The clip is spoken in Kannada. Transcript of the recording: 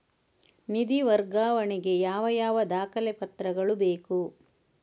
ನಿಧಿ ವರ್ಗಾವಣೆ ಗೆ ಯಾವ ಯಾವ ದಾಖಲೆ ಪತ್ರಗಳು ಬೇಕು?